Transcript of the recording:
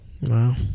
Wow